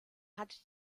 hatte